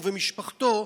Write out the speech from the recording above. הוא ומשפחתו,